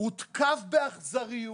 הותקף באכזריות,